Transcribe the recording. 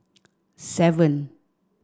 seven